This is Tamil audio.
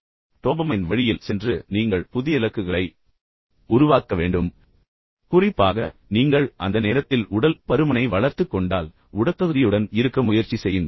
மீண்டும் டோபமைன் வழியில் சென்று நீங்கள் புதிய இலக்குகளை உருவாக்க வேண்டும் என்று நான் பரிந்துரைத்தேன் குறிப்பாக நீங்கள் அந்த நேரத்தில் உடல் பருமனை வளர்த்துக் கொண்டால் உடற்தகுதியுடன் இருக்க முயற்சி செய்யுங்கள்